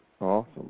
Awesome